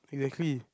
exactly